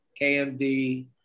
KMD